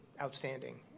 outstanding